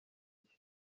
cye